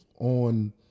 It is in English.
on